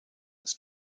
its